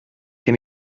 gen